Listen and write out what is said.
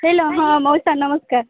hello ହଁ ମଉସା ନମସ୍କାର